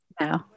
No